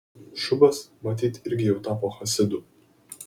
šubas matyt irgi jau tapo chasidu